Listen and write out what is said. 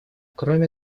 кроме